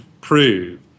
prove